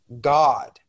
God